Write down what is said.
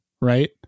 right